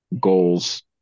goals